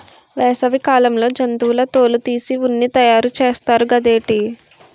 వేసవి కాలంలో జంతువుల తోలు తీసి ఉన్ని తయారు చేస్తారు గదేటి